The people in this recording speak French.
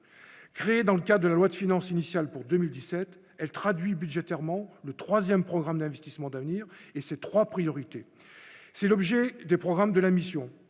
dans le cas de la loi de finances initiale pour 2017, elle traduit budgétairement le 3ème programme d'investissements d'avenir et ses 3 priorités : c'est l'objet des programmes de la mission,